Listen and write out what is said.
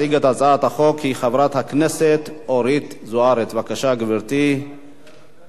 הצעת החוק לתיקון פקודת הרוקחים (מס' 20) (תיקון,